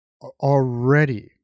already